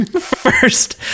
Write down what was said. first